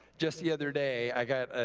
just the other day i got,